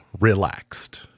relaxed